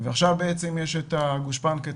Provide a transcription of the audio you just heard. ועכשיו יש את הגושפנקה,